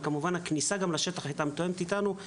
כמובן שגם הכניסה לשטח הייתה מתואמת איתנו.